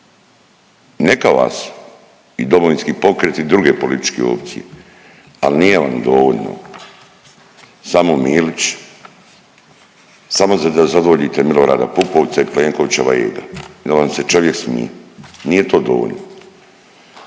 Neka vas i Domovinski pokret i druge političke opcije, ali nije vam dovoljno samo Milić, samo da zadovoljite Milorada Pupovca i Plenkovićeva ega i onda vam se čovjek smije. Nije to dovoljno.